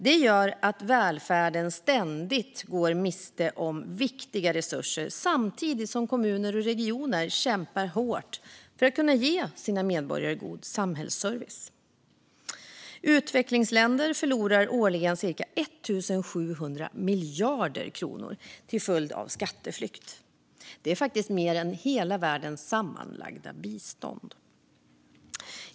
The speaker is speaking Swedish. Det gör att välfärden ständigt går miste om viktiga resurser samtidigt som kommuner och regioner kämpar hårt för att kunna ge sina medborgare god samhällsservice. Utvecklingsländer förlorar årligen cirka 1 700 miljarder kronor till följd av skatteflykt. Det är faktiskt mer än hela världens sammanlagda bistånd.